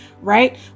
right